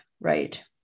right